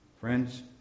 Friends